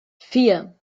vier